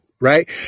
right